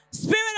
Spirit